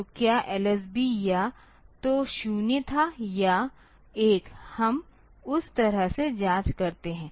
तो क्या LSB या तो 0 था या 1 हम उस तरह से जांच करते हैं